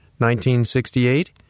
1968